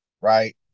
right